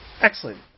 Excellent